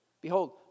Behold